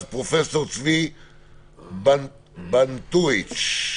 אז פרופ' צבי בנטואיץ’,